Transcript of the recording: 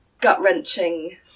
gut-wrenching